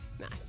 Nice